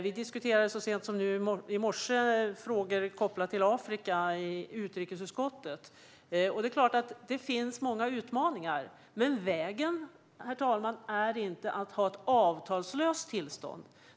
Vi diskuterade i utrikesutskottet så sent som i morse frågor kopplade till Afrika. Det är klart att det finns många utmaningar. Men det är inte en väg att ha ett avtalslöst tillstånd.